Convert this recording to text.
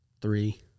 three